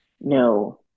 No